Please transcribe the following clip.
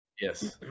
Yes